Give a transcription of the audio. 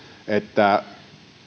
että